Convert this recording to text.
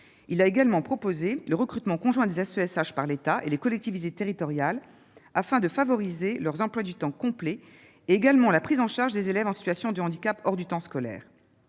Il a également défendu le recrutement conjoint des AESH par l'État et par les collectivités territoriales, afin de favoriser leur emploi à temps complet, ainsi que la prise en charge des élèves en situation de handicap hors du temps scolaire.